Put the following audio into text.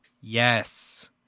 Yes